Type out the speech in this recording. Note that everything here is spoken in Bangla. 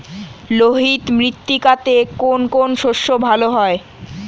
লোহিত মৃত্তিকাতে কোন কোন শস্য ভালো হয়?